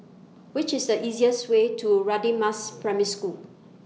Which IS The easiest Way to Radin Mas Primary School